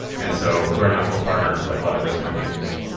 and so we're a natural partner to like a lot of those companies.